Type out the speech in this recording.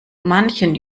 manchen